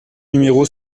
numéro